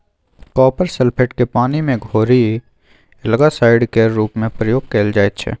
copper sulphate केँ पानि मे घोरि एल्गासाइड केर रुप मे प्रयोग कएल जाइत छै